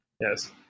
Yes